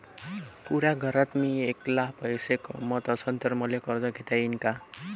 पुऱ्या घरात मी ऐकला पैसे कमवत असन तर मले कर्ज घेता येईन का?